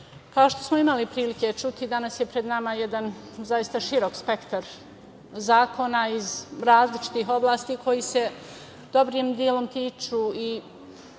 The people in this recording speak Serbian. kao što smo imali prilike čuti, danas je pred nama jedan zaista širok spektar zakona iz različitih oblasti koji se dobrim delom tiču i